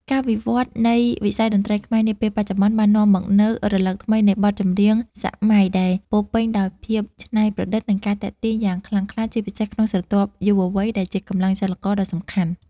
ការវិវត្តនៃវិស័យតន្ត្រីខ្មែរនាពេលបច្ចុប្បន្ន បាននាំមកនូវរលកថ្មីនៃបទចម្រៀងសម័យដែលពោរពេញដោយភាពច្នៃប្រឌិត និងការទាក់ទាញយ៉ាងខ្លាំងក្លា ជាពិសេសក្នុងស្រទាប់យុវវ័យដែលជាកម្លាំងចលករដ៏សំខាន់។